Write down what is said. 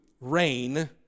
rain